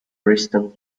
preston